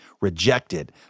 rejected